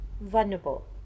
vulnerable